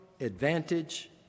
advantage